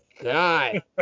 God